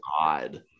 God